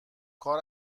کار